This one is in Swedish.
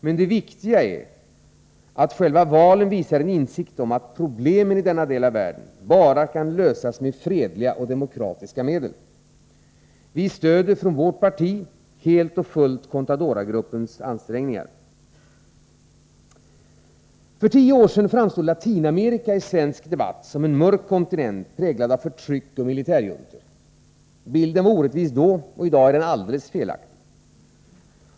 Men det viktiga är att själva valen visar en insikt om att problemen i denna del av världen kan lösas bara med fredliga och demokratiska medel. Vi stöder från vårt parti helt och fullt Contadoragruppens ansträngningar. För tio år sedan framstod Latinamerika i svensk debatt som en mörk kontinent, präglad av förtryck och militärjuntor. Bilden var orättvis då, och i dag är den alldeles felaktig.